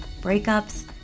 breakups